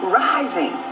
rising